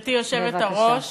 גברתי היושבת-ראש,